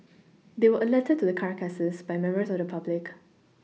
they were alerted to the carcasses by members of the public